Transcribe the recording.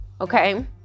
Okay